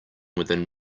within